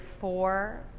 four